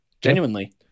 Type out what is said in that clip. genuinely